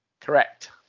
Correct